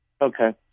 Okay